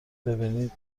ببینید